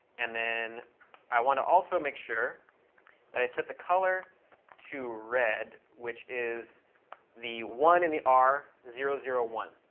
and then i want to also make sure that i set the color to red, which is the one in the r, zero, zero, one.